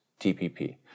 TPP